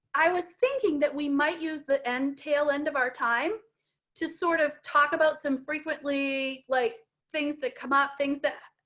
i was thinking that we might use the n tail end of our time to sort of talk about some frequently like things that come up things that